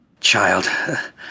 Child